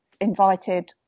invited